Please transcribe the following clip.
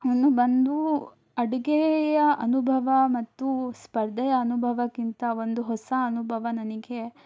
ನಾನು ಬಂದು ಅಡುಗೆಯ ಅನುಭವ ಮತ್ತು ಸ್ಪರ್ಧೆಯ ಅನುಭವಕ್ಕಿಂತ ಒಂದು ಹೊಸ ಅನುಭವ ನನಗೆ